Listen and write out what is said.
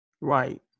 Right